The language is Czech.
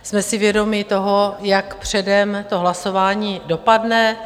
Jsme si vědomi toho, jak předem to hlasování dopadne.